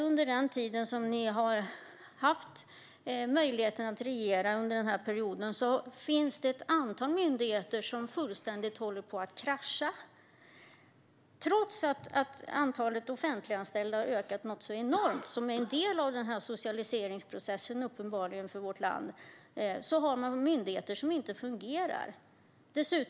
Under denna mandatperiod håller ett antal myndigheter på att krascha. Trots att antalet offentliganställda har ökat enormt, vilket uppenbarligen är en del av socialiseringsprocessen, har vi myndigheter som inte fungerar.